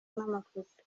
n’amafoto